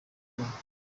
rwanda